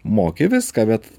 moki viską bet